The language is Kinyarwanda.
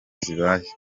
zibaye